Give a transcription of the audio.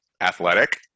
athletic